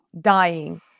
dying